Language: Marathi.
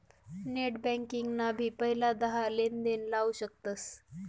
नेट बँकिंग ना भी पहिला दहा लेनदेण लाऊ शकतस